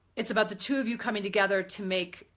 it's about the two of you coming together to make,